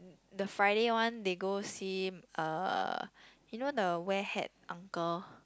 the Friday one they go see uh you know the wear hat uncle